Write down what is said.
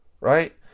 Right